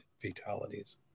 fatalities